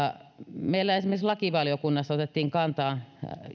meillä esimerkiksi lakivaliokunnassa otettiin kantaa